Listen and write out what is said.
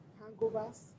hangovers